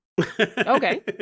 Okay